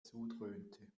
zudröhnte